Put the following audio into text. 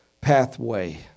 pathway